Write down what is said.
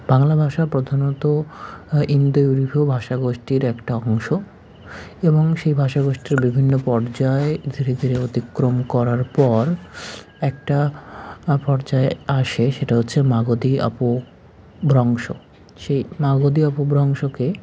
বাংলা ভাষা প্রধানত ইন্দো ইউরোপীয় ভাষা গোষ্ঠীর একটা অংশ এবং সেই ভাষা গোষ্ঠীর বিভিন্ন পর্যায় ধীরে ধীরে অতিক্রম করার পর একটা পর্যায় আসে সেটা হচ্ছে মাগধী অপভ্ৰংশ সেই মাগধী অপভ্ৰংশকে